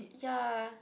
ya